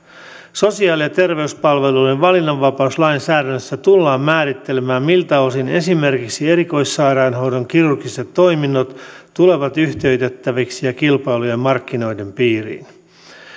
sosiaali ja terveyspalveluiden valinnanvapauslainsäädännössä tullaan määrittelemään miltä osin esimerkiksi erikoissairaanhoidon kirurgiset toiminnot tulevat yhtiöitettäviksi ja kilpailtujen markkinoiden piiriin